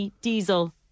Diesel